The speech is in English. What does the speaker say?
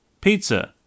pizza